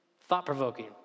thought-provoking